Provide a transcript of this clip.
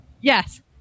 yes